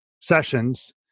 sessions